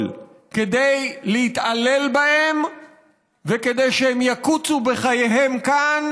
כדי להתעלל בהם וכדי שהם יקוצו בחייהם כאן